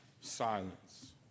Silence